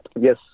Yes